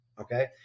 okay